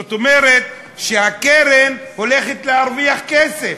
זאת אומרת שהקרן הולכת להרוויח כסף.